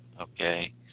okay